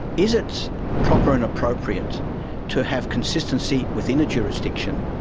is it proper and appropriate to have consistency within a jurisdiction,